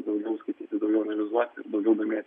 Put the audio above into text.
daugiau skaityti daugiau realizuoti ir daugiau domėtis